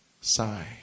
sigh